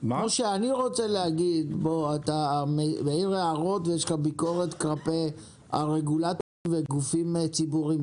אתה מעיר הערות ויש לך ביקורת כלפי הרגולטורים וגופים ציבוריים,